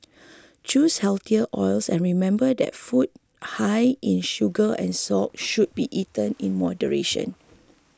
choose healthier oils and remember that food high in sugar and salt should be eaten in moderation